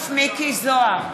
זוהר,